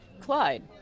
Clyde